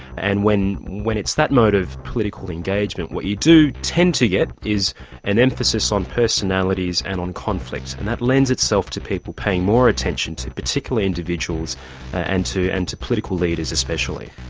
and when when it's that mode of political engagement, what you do tend to get is an emphasis on personalities and on conflicts, and that lends itself to people paying more attention to particular individuals and to and to political leaders especially.